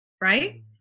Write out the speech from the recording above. right